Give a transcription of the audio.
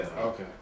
Okay